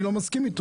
אני לא מסכים איתו.